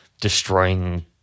destroying